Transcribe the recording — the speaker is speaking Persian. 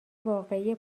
واقعی